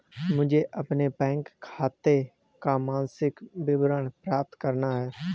मुझे अपने बैंक खाते का मासिक विवरण प्राप्त करना है?